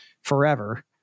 forever